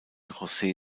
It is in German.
jose